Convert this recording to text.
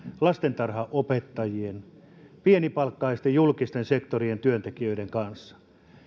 lastentarhanopettajien pienipalkkaisten julkisen sektorin työntekijöiden kanssa